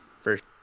First